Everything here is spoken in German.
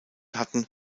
hatten